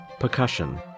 percussion